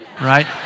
right